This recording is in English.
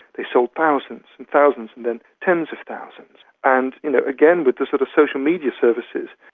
they sold thousands and thousands, and then tens of thousands. and you know again, with the sort of social media services,